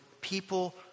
people